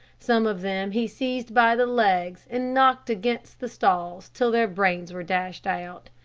some of them he seized by the legs and knocked against the stalls, till their brains were dashed out,